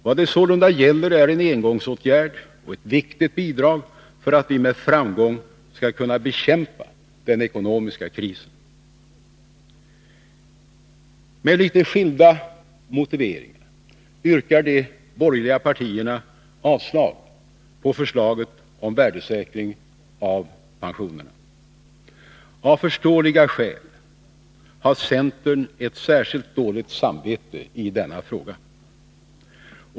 Vad det sålunda gäller är en engångsåtgärd och ett viktigt bidrag för att vi med framgång skall kunna bekämpa den ekonomiska krisen. Med litet skilda motiveringar yrkar de borgerliga partierna avslag på förslaget om värdesäkring av pensionerna. Av förståeliga skäl har centern ett särskilt dåligt samvete i denna fråga.